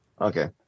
Okay